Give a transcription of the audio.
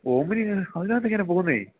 ഓമിനിയോ അതിനകത്ത് എങ്ങനെയാണ് പോകുന്നത്